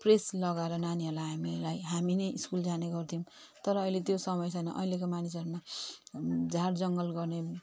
press लगाएर नानीहरूलाई हामीलाई हामी नै स्कुल जाने गर्थ्यौँ तर अहिले त्यो समय छैन अहिलेको मानिसहरूमा झार जङ्गल गर्ने